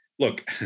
Look